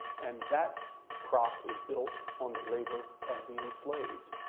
and that crop is built on the labor of the enslaved.